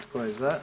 Tko je za?